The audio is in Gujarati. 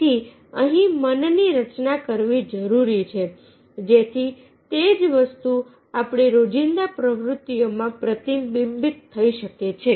તેથી અહીં મનની રચનાની કરવી જરૂર છે જેથી તે જ વસ્તુ આપણી રોજિંદી પ્રવૃત્તિઓમાં પ્રતિબિંબિત થઈ શકે છે